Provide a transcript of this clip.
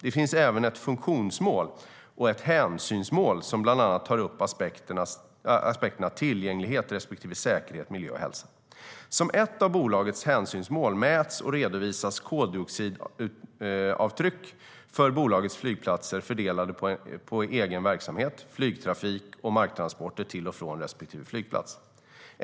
Det finns även ett funktionsmål och ett hänsynsmål som bland annat tar upp aspekterna tillgänglighet respektive säkerhet, miljö och hälsa. Som ett av bolagets hänsynsmål mäts och redovisas koldioxidavtryck för bolagets flygplatser fördelat på egen verksamhet, flygtrafik samt marktransporter till och från respektive flygplats.